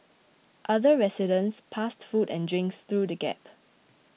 other residents passed food and drinks through the gap